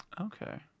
Okay